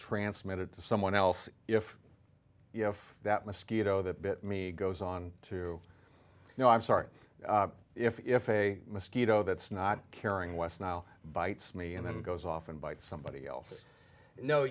transmitted to someone else if you know that mosquito that bit me goes on to you know i'm sorry if a mosquito that's not caring west nile bites me and then goes off and bite somebody else no